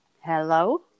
Hello